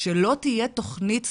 שלא תהיה תוכנית סדורה?